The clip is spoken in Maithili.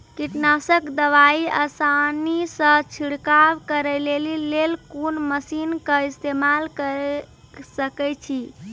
कीटनासक दवाई आसानीसॅ छिड़काव करै लेली लेल कून मसीनऽक इस्तेमाल के सकै छी?